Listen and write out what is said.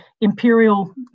imperial